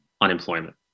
unemployment